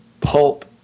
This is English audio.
pulp